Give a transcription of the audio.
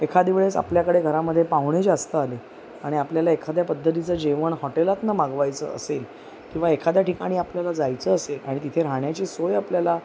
एखाद्या वेळेस आपल्याकडे घरामधे पाहुणे जास्त आले आणि आपल्याला एखाद्या पद्धतीचं जेवण हॉटेलातून मागवायचं असेल किंवा एखाद्या ठिकाणी आपल्याला जायचं असेल आणि तिथे राहण्याची सोय आपल्याला